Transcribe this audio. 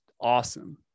awesome